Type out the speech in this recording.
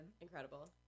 Incredible